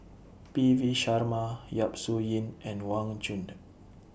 P V Sharma Yap Su Yin and Wang Chunde